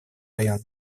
района